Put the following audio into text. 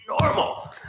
normal